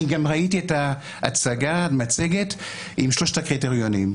גם ראיתי את המצגת עם שלושת הקריטריונים.